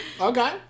okay